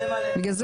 אהרון ברק